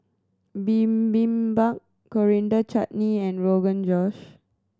Bibimbap Coriander Chutney and Rogan Josh